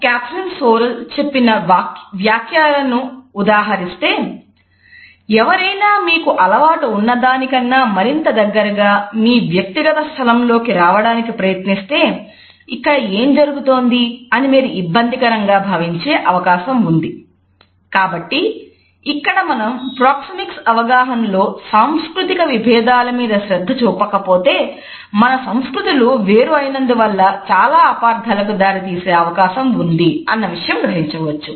cultural space అవగాహనలో సాంస్కృతిక విభేదాల మీద శ్రద్ధ చూపకపోతే మన సంస్కృతులు వేరు అయినందువల్ల చాలా అపార్థాలకు దారితీసే అవకాశం ఉంది అన్న విషయాన్ని గ్రహించవచ్చు